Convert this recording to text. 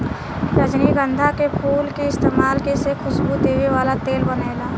रजनीगंधा के फूल के इस्तमाल से खुशबू देवे वाला तेल बनेला